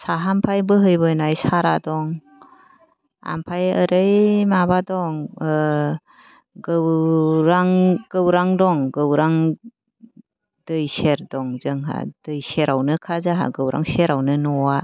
साहानिफ्राय बेहैबोनाय सारा दं ओमफ्राय एरै माबा दं गौरां गौरां दं गौरां दै सेर दं जोंहा दै सेरावनोखा जोंहा गौरां सेरावनो न'आ